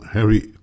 Harry